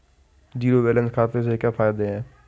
Zero balance खाते के क्या फायदे हैं?